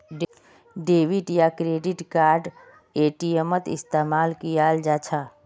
debit या credit card एटीएमत इस्तेमाल कियाल जा छ